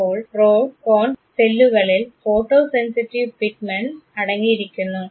അപ്പോൾ rod cone സെല്ലുകളിൽ photo sensitive pigments അടങ്ങിയിരിക്കുന്നു